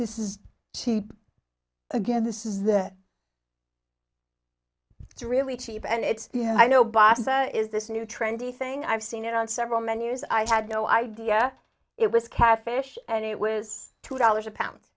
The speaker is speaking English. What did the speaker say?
this is cheap again this is that it's really cheap and it's you know i know boss is this new trendy thing i've seen it on several menus i had no idea it was catfish and it was two dollars a pound